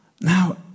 Now